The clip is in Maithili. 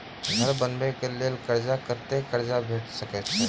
घर बनबे कऽ लेल कर्जा कत्ते कर्जा भेट सकय छई?